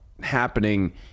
happening